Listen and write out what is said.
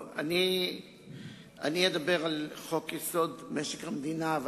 אני אדבר על חוק-יסוד: משק המדינה (תיקון מס' 7),